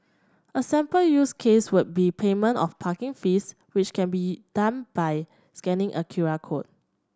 a sample use case would be payment of parking fees which can be done by scanning a Q R code